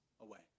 away